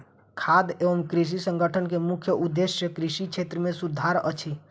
खाद्य एवं कृषि संगठन के मुख्य उदेश्य कृषि क्षेत्र मे सुधार अछि